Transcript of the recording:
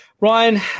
Ryan